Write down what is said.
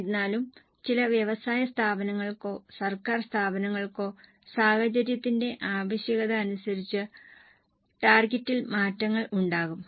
എന്നിരുന്നാലും ചില വ്യവസായ സ്ഥാപനങ്ങൾക്കോ സർക്കാർ സ്ഥാപനങ്ങൾക്കോ സാഹചര്യത്തിന്റെ ആവശ്യകത അനുസരിച്ച് ടാർഗെറ്റിൽ മാറ്റങ്ങൾ ഉണ്ടാകും